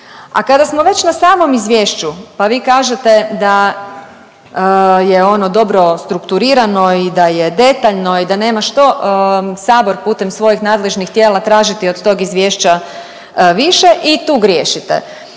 A kada smo već na samom izvješću pa vi kažete da je ono dobro strukturirano i da je detaljno i da nema što sabor putem svojih nadležnih tijela tražiti od tog izvješća više i tu griješite.